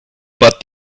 but